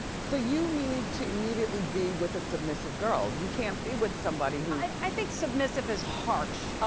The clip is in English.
so you need to immediately be with a submissive girl, you can't be with somebody who i think submissive is harsh.